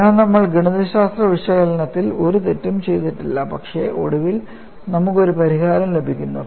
അതിനാൽ നമ്മൾ ഗണിതശാസ്ത്ര വിശകലനത്തിൽ ഒരു തെറ്റും ചെയ്തിട്ടില്ല പക്ഷേ ഒടുവിൽ നമുക്ക് ഒരു പരിഹാരം ലഭിക്കുന്നു